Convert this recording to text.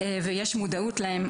ויש מודעות לגביהם,